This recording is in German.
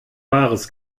wahres